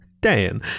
Dan